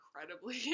incredibly